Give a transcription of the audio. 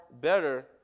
better